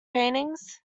paintings